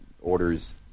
orders